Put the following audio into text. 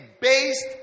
based